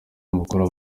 amakuru